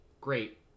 great